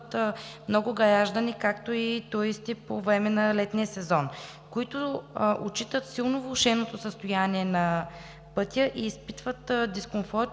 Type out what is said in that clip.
много граждани, както и туристи по време на летния сезон, които отчитат силно влошеното състояние на пътя и изпитват дискомфорт